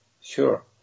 sure